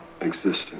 existence